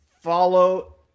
follow